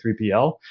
3PL